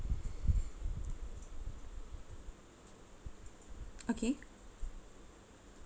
okay